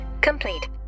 complete